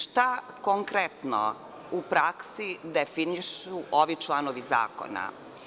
Šta konkretno u praksi definišu ovi članovi zakona?